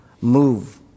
move